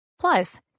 Plus